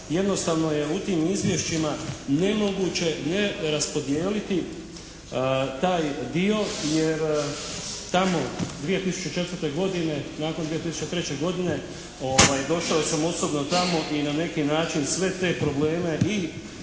jednostavno je u tim izvješćima nemoguće ne raspodijeliti taj dio jer tamo 2004. godine, nakon 2003. godine došao sam osobno tamo i na neki način sve te probleme i